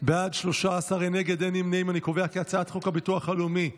להעביר את הצעת חוק הביטוח הלאומי (תיקון,